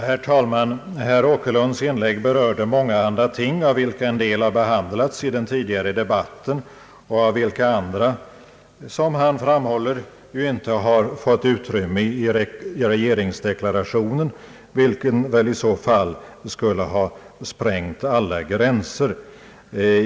Herr talman! Herr Åkerlunds inlägg berörde mångahanda ting, av vilka en del har behandlats i den tidigare debatten och andra, som han också framhåller, inte fått utrymme i regeringsdeklarationen, vilken i så fall skulle ha sprängt alla gränser.